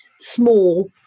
small